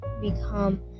become